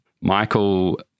Michael